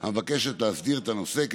המבקשת להסדיר את הנושא,